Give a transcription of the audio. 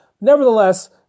Nevertheless